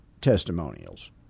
testimonials